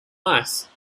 ice